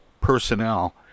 personnel